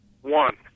One